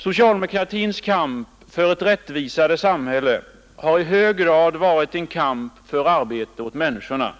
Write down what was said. Socialdemokratins kamp för ett rättvisare samhälle har i hög grad varit en kamp för arbete åt människorna.